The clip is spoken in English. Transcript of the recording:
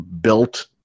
built